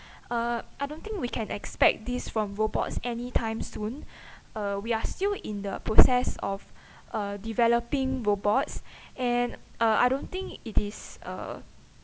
uh I don't think we can expect this from robots anytime soon uh we are still in the process of uh developing robots and uh I don't think it is uh